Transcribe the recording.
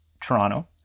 Toronto